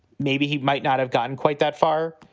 maybe he might not have gotten quite that far.